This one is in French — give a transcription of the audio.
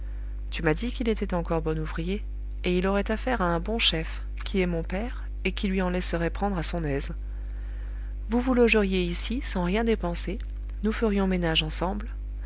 tu m'as dit qu'il était encore bon ouvrier et il aurait affaire à un bon chef qui est mon père et qui lui en laisserait prendre à son aise vous vous logeriez ici sans rien dépenser nous ferions ménage ensemble